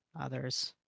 others